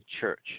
Church